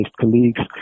colleagues